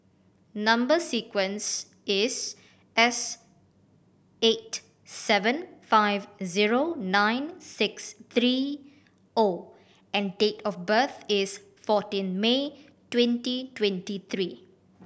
number sequence is S eight seven five zero nine six three O and date of birth is fourteen May twenty twenty three